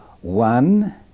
One